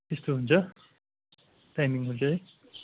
त्यस्तो हुन्छ टाइमिङहरू चाहिँ